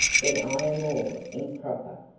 then i am all improper,